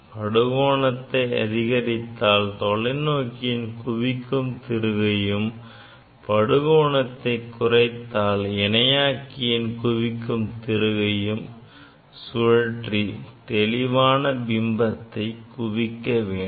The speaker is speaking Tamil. படுகோணத்தை அதிகரித்தால் தொலைநோக்கியின் குவிக்கும் திருகையும் படுகோணத்தை குறைத்தால் இணையாக்கியின் குவிக்கும் திருகையும் சுழற்றி தெளிவான பிம்பத்தை குவிக்க வேண்டும்